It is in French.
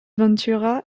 ventura